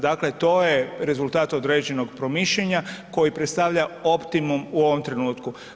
Dakle, to je rezultat određenog promišljanja koji predstavlja optimum u ovom trenutku.